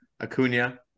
Acuna